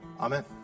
Amen